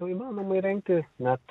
jau įmanoma įrengti net